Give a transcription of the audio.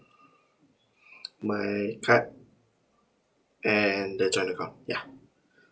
my card and the joint account ya